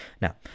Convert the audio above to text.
Now